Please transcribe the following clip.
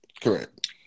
Correct